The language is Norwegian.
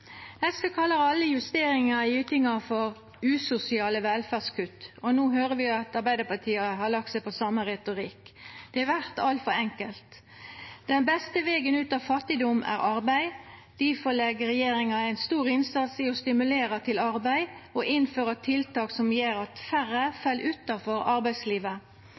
SV kallar alle justeringar i ytingar for usosiale velferdskutt, og no høyrer vi at Arbeidarpartiet har lagt seg på same retorikk. Det vert altfor enkelt. Den beste vegen ut av fattigdom er arbeid. Difor legg regjeringa ein stor innsats i å stimulera til arbeid og innføra tiltak som gjer at færre fell utanfor arbeidslivet.